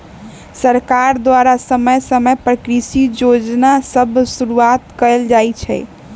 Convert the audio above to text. सरकार द्वारा समय समय पर कृषि जोजना सभ शुरुआत कएल जाइ छइ